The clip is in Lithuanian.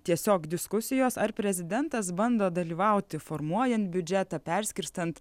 tiesiog diskusijos ar prezidentas bando dalyvauti formuojant biudžetą perskirstant